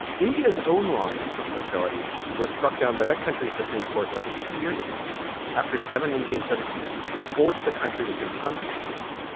india's own law against homosexuality was struck down by that country's supreme court less than two years ago after seven indian citizens forced the country to confront the issue.